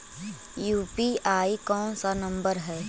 UPI कोन सा number हैं?